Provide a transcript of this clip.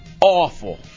awful